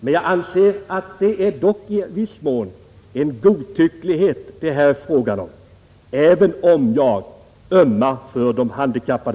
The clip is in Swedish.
Men jag anser att det ändå i viss mån är fråga om godtycklighet att en handikappad behöver styrka sitt behov av en dylik apparat.